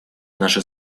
наши